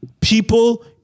people